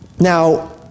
Now